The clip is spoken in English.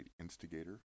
instigator